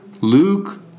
Luke